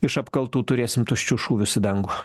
iš apkaltų turėsim tuščius šūvius į dangų